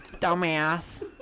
Dumbass